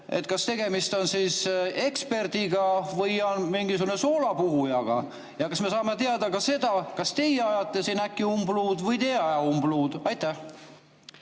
kas tegemist on eksperdiga või on ta mingisugune soolapuhuja. Ja me saaksime teada ka seda, kas teie ajate siin äkki umbluud või te ei aja umbluud. Aitäh,